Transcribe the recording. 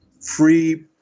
free